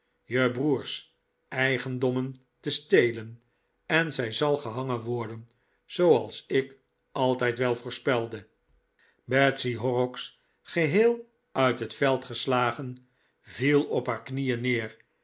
je broers eigendommen te stelen en zij zal gehangen worden zooals ik altijd wel voorspelde betsy horrocks gehecl uit het veld geslagen viel op haar knieen necr